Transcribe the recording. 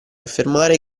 affermare